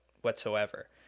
whatsoever